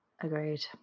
agreed